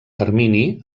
termini